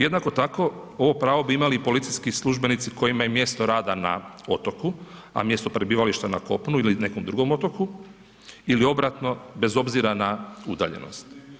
Jednako tako, ovo pravo bi imali i policijski službenici kojima je mjesto rada na otoku a mjesto prebivališta na kopnu ili nekom drugom otoku ili obratno, bez obzira na udaljenost.